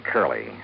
Curly